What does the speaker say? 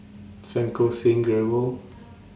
Santokh Singh Grewal